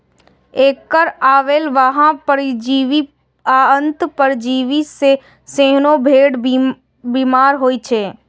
एकर अलावे बाह्य परजीवी आ अंतः परजीवी सं सेहो भेड़ बीमार होइ छै